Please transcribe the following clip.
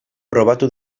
probatu